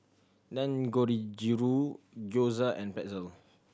Gyoza and Pretzel